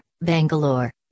Bangalore